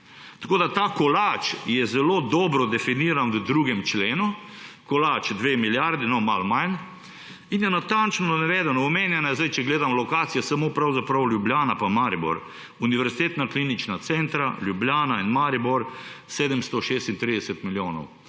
tako dalje. Ta kolač je zelo dobro definiran v 2. členu – kolač dve milijardi, malo manj – in je natančno navedeno, omenjena je zdaj, če gledamo lokacijo, samo Ljubljana pa Maribor, univerzitetna klinična centra Ljubljana in Maribor – 736 milijonov.